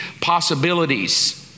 possibilities